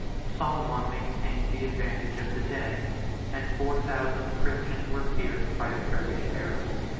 soliman maintained the advantage of the day and four thousand christians were pierced by the turkish arrows.